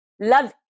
love